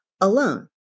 alone